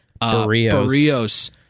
Barrios